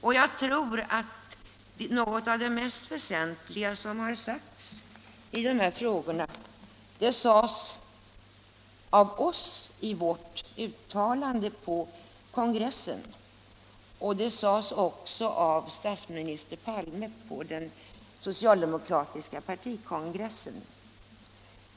Och jag tror att något av det mest väsentliga som har sagts i de här frågorna sades av oss i vårt uttalande på kongressen och även av statsminister Palme på den socialdemokratiska partikongressen.